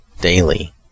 daily